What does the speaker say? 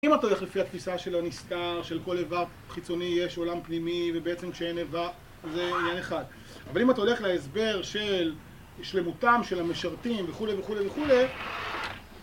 אם אתה הולך לפי התפיסה של הנסתר, שלכל איבר חיצוני יש עולם פנימי, ובעצם כשאין איבר, זה עניין אחד. אבל אם אתה הולך להסבר של שלמותם של המשרתים, וכולי וכולי וכולי,